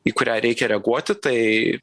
į kurią reikia reaguoti tai